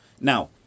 Now